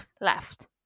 left